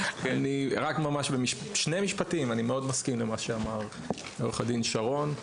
ממש בשני משפטים: אני מאוד מסכים עם מה שאמר עורך הדין שרון,